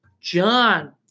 John